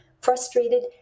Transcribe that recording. frustrated